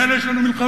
עם אלה יש לנו מלחמה,